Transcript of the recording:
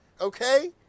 Okay